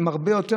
שהם הרבה יותר?